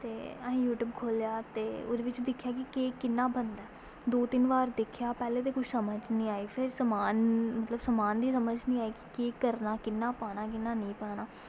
ते आहें यूट्यूब खो'ल्लेआ ते ओह्दे बिच दिक्खेआ की केह् कि'न्ना बंदा ऐ एह् दो तीन बार दिक्खेआ पैह्लें ते कुछ समझ निं आई फिर समान समान दी समझ नेईं आई केह् करना कि'न्ना पाना कि'न्ना नेईं पाना